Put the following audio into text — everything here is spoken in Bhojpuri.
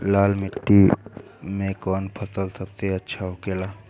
लाल मिट्टी कौन फसल के लिए अच्छा होखे ला?